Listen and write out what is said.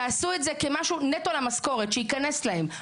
תעשו את זה כמשהו נטו למשכורת שייכנס להן.